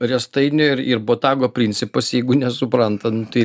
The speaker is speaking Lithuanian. riestainio ir ir botago principas jeigu nesupranta nu tai